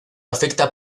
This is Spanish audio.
afecta